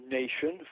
nation